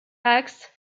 acts